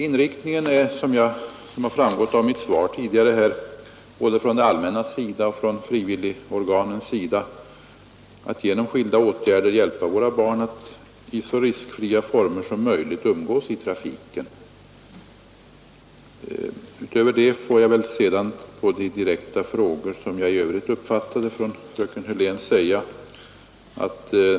Inriktningen är, som har framgått av mitt svar tidigare, både från det allmännas och från frivilligorganens sida att genom skilda åtgärder hjälpa våra barn att i så riskfria former som möjligt umgås i trafiken. Utöver detta vill jag svara på de direkta frågor från fröken Hörlén som Nr 137 jag i övrigt uppfattade.